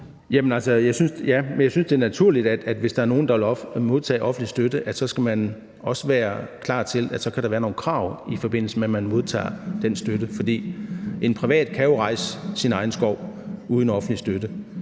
jeg synes, det er naturligt, at hvis der er nogen, der vil modtage offentlig støtte, så skal man også være klar til, at der så kan være nogle krav, i forbindelse med at man modtager den støtte. For en privat kan jo rejse sin egen skov uden offentlig støtte.